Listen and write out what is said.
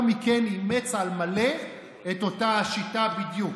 מכן אימץ על מלא את אותה השיטה בדיוק,